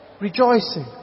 rejoicing